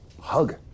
hug